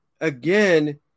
again